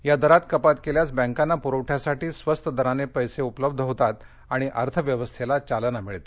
या दरात कपात केल्यास बँकांच्या प्रवठ्यासाठी स्वस्त दराने पैसे उपलब्ध होतात आणि अर्थव्यवस्थेला चालना मिळते